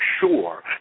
sure